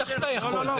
בטח שאתה יכול.